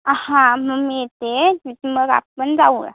हां मग मी येते आहे मग आपण जाऊया